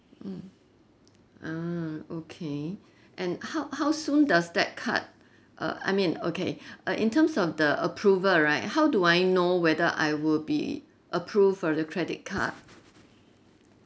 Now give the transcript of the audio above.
mm ah okay and how how soon does that card uh I mean okay uh in terms of the approval right how do I know whether I would be approved for credit card